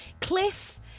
Cliff